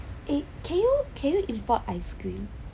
eh can you can you import ice cream